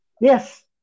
Yes